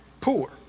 poor